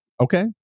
Okay